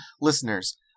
listeners